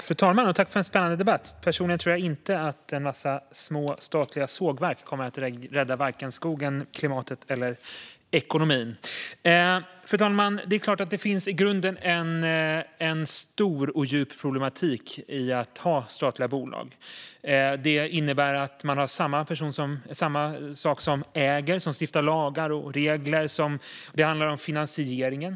Fru talman! Tack för en spännande debatt! Personligen tror jag inte att en massa små, statliga sågverk kommer att rädda vare sig skogen, klimatet eller ekonomin. Fru talman! Det är klart att det i grunden finns en stor och djup problematik i att ha statliga bolag. Det innebär att det är samma personer som äger som stiftar lagar och regler. Och det handlar om finansieringen.